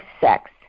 sex